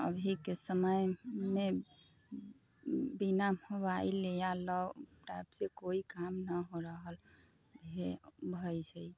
अभीके समयमे बिना मोबाइल या लैपटॉपसँ कोइ काम नहि हो रहल हय छै